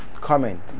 comment